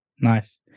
Nice